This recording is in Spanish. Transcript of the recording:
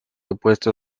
opuesto